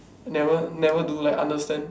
never never do like understand